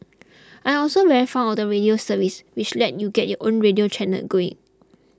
I am also very fond of the radio service which lets you get your own radio channel going